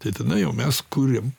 tai tada jau mes kuriam